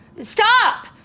Stop